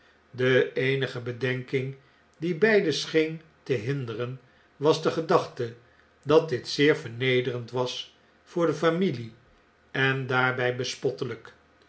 de eenige bedenking die beiden scheentehinderen was de gedachte dat dit zeer vernederend was voor de familie en daarbg bespottelyk